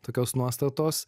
tokios nuostatos